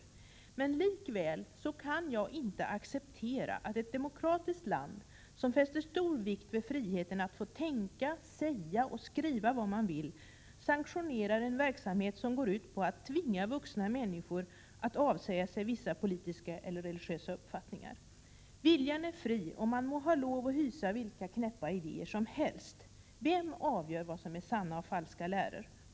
Jag kan likväl inte acceptera att ett demokratiskt land, som fäster stor vikt vid friheten att få tänka, säga och skriva vad man vill, sanktionerar en verksamhet som går ut på att tvinga vuxna människor att avsvära sig vissa politiska eller religiösa uppfattningar. Viljan är fri och man må ha lov att hysa vilka knäppa idéer som helst. Vem avgör vilka läror som är sanna resp. falska?